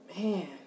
man